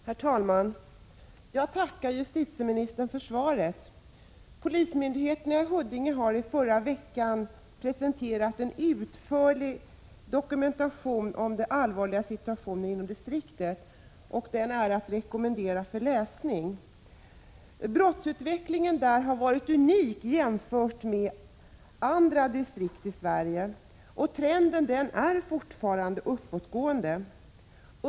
Herr talman! Jag tackar justitieministern för svaret. Polismyndigheten i Huddinge presenterade förra veckan en utförlig dokumentation beträffande den allvarliga situationen inom distriktet. Den är att rekommendera för läsning. Brottsutvecklingen i Huddingedistriktet har varit unik jämförd med utvecklingen i andra distrikt i Sverige. Det är fortfarande en uppåtgående trend.